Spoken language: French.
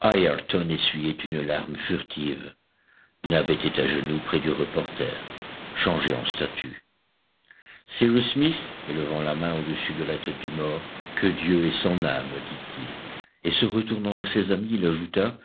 ayrton essuyait une larme furtive nab était à genoux près du reporter changé en statue cyrus smith élevant la main au-dessus de la tête du mort que dieu ait son âme dit-il et se retournant vers ses amis